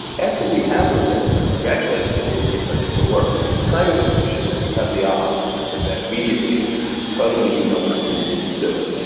after we have those insights, we actually have to get those insights to work. it's kind of a fiction that you have the aha moment and then immediately, or suddenly, you know what to do, and you just do it.